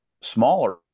smaller